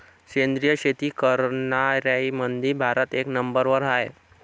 सेंद्रिय शेती करनाऱ्याईमंधी भारत एक नंबरवर हाय